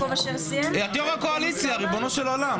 את יו"ר הקואליציה, ריבונו של עולם.